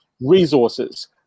resources